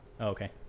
okay